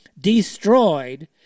destroyed